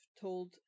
told